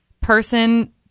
person